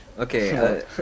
Okay